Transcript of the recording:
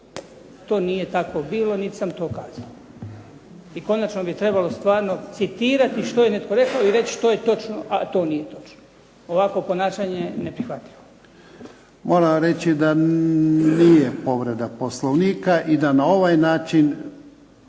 To nije tako bilo, nit' sam to kazao. I konačno bi trebalo stvarno citirati što je netko rekao i reći što je točno, a to nije točno. Ovakvo ponašanje je neprihvatljivo. **Jarnjak, Ivan (HDZ)** Moram vam reći da nije povreda Poslovnika i da na ovaj način